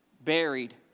buried